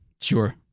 Sure